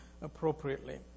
appropriately